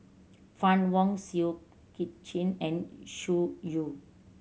Fann Wong Seow Kit Chin and Xu Yu